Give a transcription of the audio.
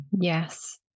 Yes